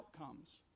outcomes